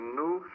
new